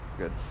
Good